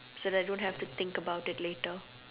so I don't have to think about it later